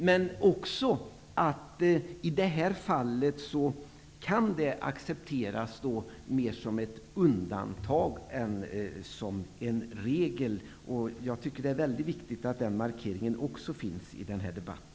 Men i detta fall kan ingrepp accepteras mer som ett undantag än som en regel. Jag tycker att det är mycket viktigt att denna markering finns med i denna debatt.